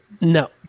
No